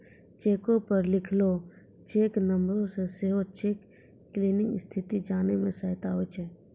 चेको पे लिखलो चेक नंबरो से सेहो चेक क्लियरिंग स्थिति जाने मे सहायता होय छै